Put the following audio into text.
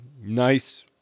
nice